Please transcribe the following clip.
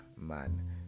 man